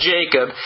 Jacob